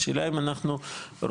השאלה אם אנחנו רוצים,